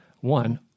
One